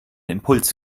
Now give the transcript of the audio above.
impuls